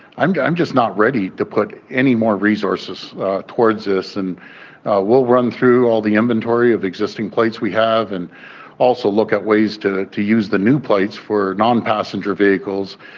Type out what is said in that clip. i'm yeah i'm just not ready to put any more resources towards this. and we'll run through all the inventory of existing plates we have and also look at ways to to use the new plates for non passenger vehicles.